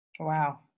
Wow